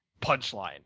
punchline